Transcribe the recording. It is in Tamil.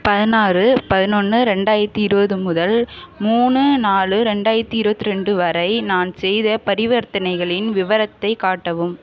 பதினாறு பதினொன்று ரெண்டாயிரத்து இருபது முதல் மூணு நாலு ரெண்டாயிரத்து இருபத்தி ரெண்டு வரை நான் செய்த பரிவர்த்தனைகளின் விவரத்தை காட்டவும்